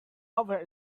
over